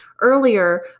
earlier